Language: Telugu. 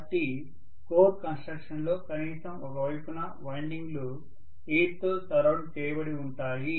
కాబట్టి కోర్ కన్స్ట్రక్షన్లో కనీసం ఒక వైపున వైండింగ్లు ఎయిర్ తో సరౌండ్ చేయబడి ఉంటాయి